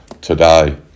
today